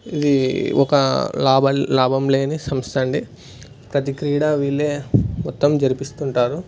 ఇది ఒక లాభ లాభం లేని సంస్థ అండి ప్రతి క్రీడ వీళ్లు మొత్తం జరిపిస్తు ఉంటారు